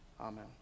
Amen